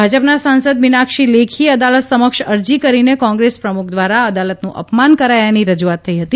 ભાજપના સાંસદ મીનાક્ષી લેખીએ અદાલત સમક્ષ અરજી કરીને કોંગ્રેસ પ્રમુખ દ્વારા અદાલતનું અપમાન કરાયાની રજૂઆત થઇ હતી